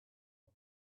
for